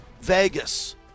Vegas